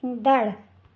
ईंदड़ु